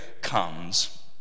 comes